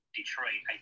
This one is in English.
Detroit